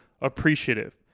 appreciative